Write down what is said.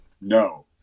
No